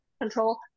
control